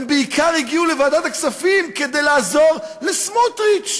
הם בעיקר הגיעו לוועדת הכספים כדי לעזור לסמוטריץ,